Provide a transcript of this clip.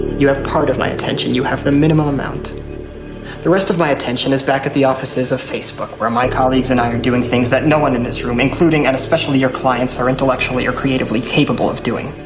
you have part of my attention. you have the minimal amount the rest of my attention is back at the offices of facebook where my colleagues and i are doing things that no one in this room including and especially your clients are intellectually or creatively capable of doing.